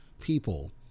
people